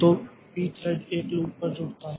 तो pthread एक loop पर जुड़ता है